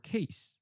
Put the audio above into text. Case